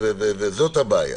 וזאת הבעיה.